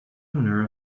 owner